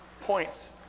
points